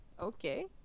Okay